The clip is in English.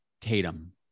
Tatum